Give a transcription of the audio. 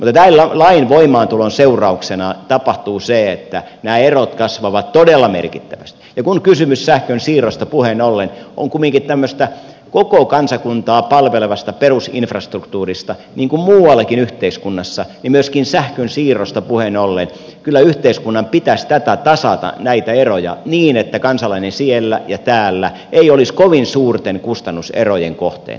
mutta lain voimaantulon seurauksena tapahtuu se että nämä erot kasvavat todella merkittävästi ja kun kysymys sähkönsiirrosta puheen ollen on kumminkin tämmöistä koko kansakuntaa palvelevasta perusinfrastruktuurista niin kuten muuallakin yhteiskunnassa niin myöskin sähkönsiirrosta puheen ollen kyllä yhteiskunnan pitäisi tasata näitä eroja niin että kansalainen siellä ja täällä ei olisi kovin suurten kustannuserojen kohteena